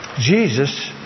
Jesus